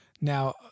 Now